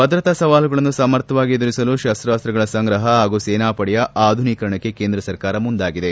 ಭದ್ರತಾ ಸವಾಲುಗಳನ್ನು ಸಮರ್ಥವಾಗಿ ಎದರಿಸಲು ಶಸ್ತಾಸ್ತಗಳ ಸಂಗ್ರಹ ಹಾಗೂ ಸೇನಾಪಡೆಯ ಆಧುನೀಕರಣಕ್ಕೆ ಕೇಂದ್ರ ಸರ್ಕಾರ ಮುಂದಾಗಿದೆ